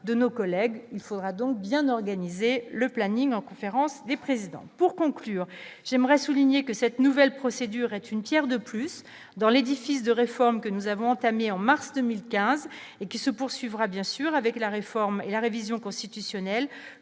de nos collègues, il faudra donc bien organiser le planning en conférence des présidents pour conclure j'aimerais souligner que cette nouvelle procédure est une Pierre de plus dans l'édifice de réformes que nous avons entamé en mars 2015 et qui se poursuivra bien sûr avec la réforme, la révision constitutionnelle